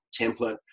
template